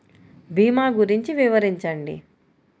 భీమా గురించి వివరించండి?